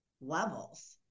levels